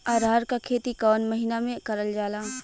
अरहर क खेती कवन महिना मे करल जाला?